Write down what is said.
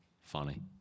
funny